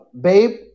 babe